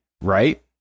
right